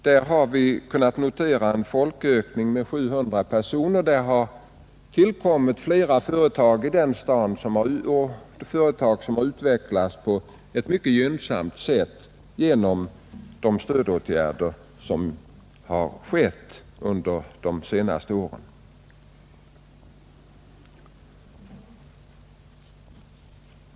Där har vi kunnat notera en folkökning med 700 personer, och i den staden har genom de stödåtgärder som har vidtagits under de senaste åren tillkommit flera företag, som utvecklats på ett mycket gynnsamt sätt.